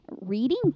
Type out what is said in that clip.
Reading